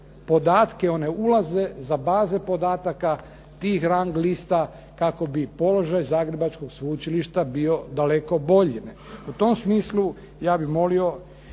podatke, one ulaze za baze podataka tih rang lista kako bi položaj Zagrebačkog Sveučilišta bio daleko bolji. U tom smislu ja bih molio